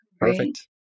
Perfect